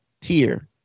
tier